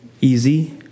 easy